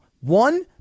One